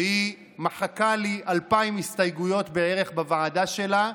שהיא מחקה לי 2,000 הסתייגויות בערך בוועדה שלה,